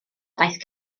daeth